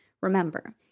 Remember